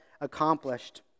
accomplished